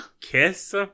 kiss